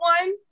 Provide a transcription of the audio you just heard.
one